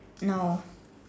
no